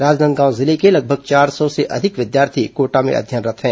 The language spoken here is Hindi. राजनांदगांव जिले के लगभग चार सौ से अधिक विद्यार्थी कोटा में अध्ययनरत् हैं